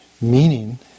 meaning